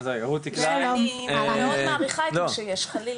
אני מאוד מעריכה את מה שיש חלילה.